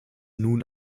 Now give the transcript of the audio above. nun